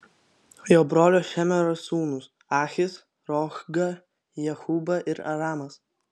jo brolio šemero sūnūs ahis rohga jehuba ir aramas